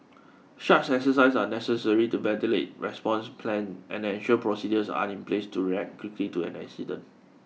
such exercises are necessary to validate response plan and ensure procedures are in place to react quickly to an incident